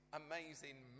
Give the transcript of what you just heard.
amazing